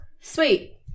Sweet